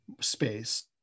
space